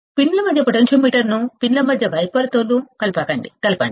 పిన్ల మధ్య పొటెన్షియోమీటర్ను వైపర్తో VEE కు కలపండి